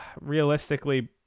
realistically –